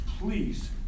please